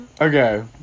okay